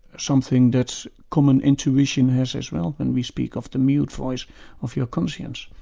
something that common intuition has as well, when we speak of the mute voice of your conscience.